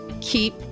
keep